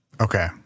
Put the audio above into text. okay